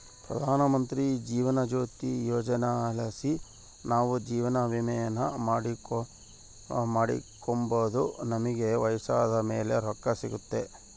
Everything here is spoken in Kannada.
ಪ್ರಧಾನಮಂತ್ರಿ ಜೀವನ ಜ್ಯೋತಿ ಯೋಜನೆಲಾಸಿ ನಾವು ಜೀವವಿಮೇನ ಮಾಡಿಕೆಂಬೋದು ನಮಿಗೆ ವಯಸ್ಸಾದ್ ಮೇಲೆ ರೊಕ್ಕ ಸಿಗ್ತತೆ